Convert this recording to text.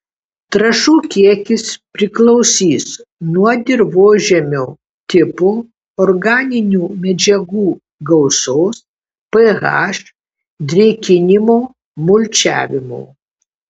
trąšų kiekis priklausys nuo dirvožemio tipo organinių medžiagų gausos ph drėkinimo mulčiavimo